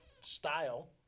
style